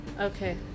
okay